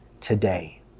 today